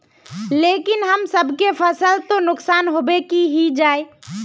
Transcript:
लेकिन हम सब के फ़सल तो नुकसान होबे ही जाय?